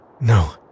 No